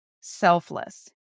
selfless